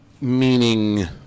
meaning